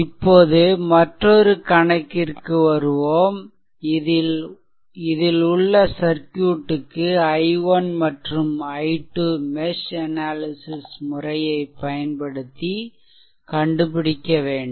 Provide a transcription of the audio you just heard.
இப்போது மற்றொரு கணக்கிற்கு வருவோம்இதில் உள்ள சர்க்யூட்க்கு i1 மற்றும் i2 மெஷ் அனாலிசிஷ் பயன்படுத்தி கண்டுபிடிக்க வேண்டும்